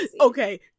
Okay